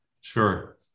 Sure